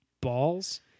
balls